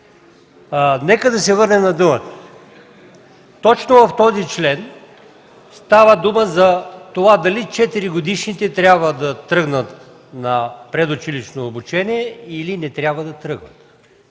Нека се върнем на думата. Точно в този член става дума за това дали четиригодишните трябва да тръгнат на предучилищно обучение или не трябва.